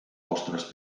vostres